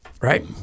Right